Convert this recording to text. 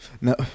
no